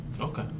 Okay